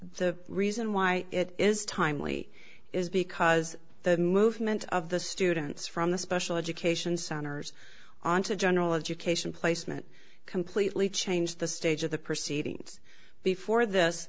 the reason why it is timely is because the movement of the students from the special education centers on to general education placement completely change the stage of the proceedings before this